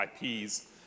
IPs